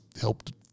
helped